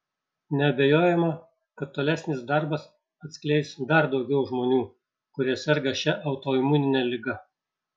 neabejojama kad tolesnis darbas atskleis dar daugiau žmonių kurie serga šia autoimunine liga